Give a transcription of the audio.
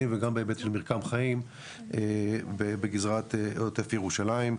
וגם בהיבט של מרקם חיים בגזרת עוטף ירושלים,